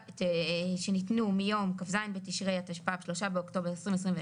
שניתנו מיום כז' בתשרי התשפ"ב 3.10.2021,